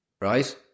right